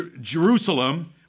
Jerusalem